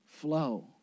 flow